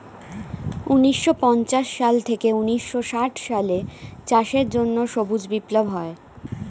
ঊন্নিশো পঞ্চাশ সাল থেকে ঊন্নিশো ষাট সালে চাষের জন্য সবুজ বিপ্লব হয়